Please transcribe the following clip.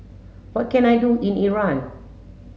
what can I do in Iran